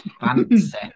Fancy